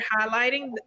highlighting